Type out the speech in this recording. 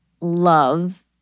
love